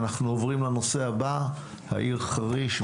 אנחנו עוברים לנושא הבא, העיר חריש.